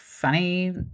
funny